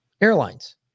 airlines